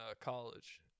college